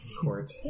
Court